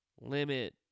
limit